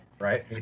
Right